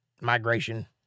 migration